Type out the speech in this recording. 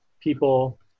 people